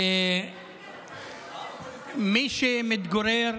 מי שמתגוררים